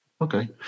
Okay